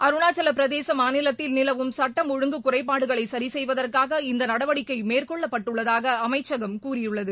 அருணாச்சல பிரதேச மாநிலத்தில் நிலவும் சட்டம் ஒழுங்கு குறைபாடுகளை சரி செய்வதற்காக இந்த நடவடிக்கை மேற்கொள்ளப்பட்டுள்ளதாக அமைச்சகம் கூறியுள்ளது